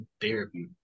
therapy